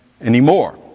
anymore